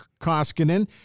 Koskinen